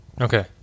Okay